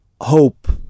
hope